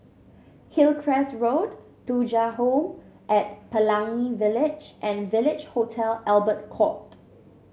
Hillcrest Road Thuja Home at Pelangi Village and Village Hotel Albert Court